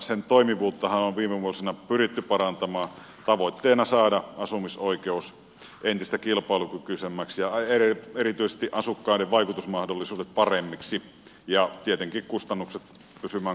sen toimivuuttahan on viime vuosina pyritty parantamaan tavoitteena saada asumisoikeus entistä kilpailukykyisemmäksi ja erityisesti asukkaiden vaikutusmahdollisuudet paremmiksi ja tietenkin kustannukset pysymään kohtuullisina